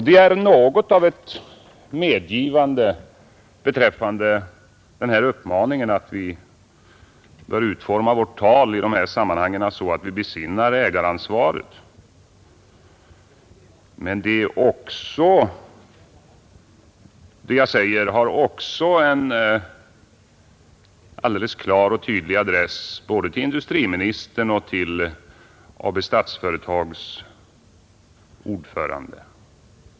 Det är något av ett medgivande beträffande uppmaningen att vi skall utforma vårt tal i de här sammanhangen så att vi besinnar ägaransvaret, men det jag säger har också en alldeles klar och tydlig adress både till industriministern och till Statsföretags styrelseordförande.